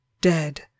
Dead